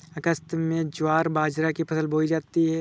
अगस्त में ज्वार बाजरा की फसल बोई जाती हैं